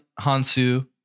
Hansu